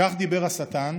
/ כך דיבר השטן